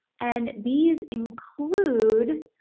and these include,